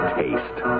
taste